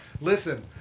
listen